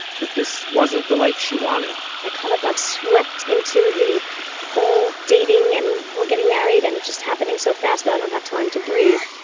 that this wasn't the life she wanted i kind of got swept into the whole dating and we're-getting-married-and-it's-just happening-so-fast-that-i-don't-have-time-to-breathe.